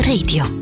Radio